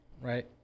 right